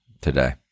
today